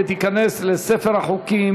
ותיכנס לספר החוקים